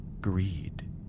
Greed